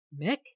Mick